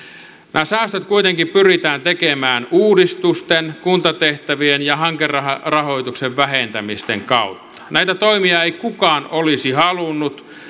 nämä säästöt kuitenkin pyritään tekemään uudistusten kuntatehtävien ja hankerahoituksen vähentämisten kautta näitä toimia ei kukaan olisi halunnut